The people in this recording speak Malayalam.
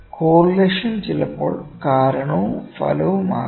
കോറിലേഷൻ ചിലപ്പോൾ കാരണവും ഫലവും ആകാം